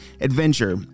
adventure